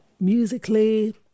musically